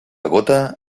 gota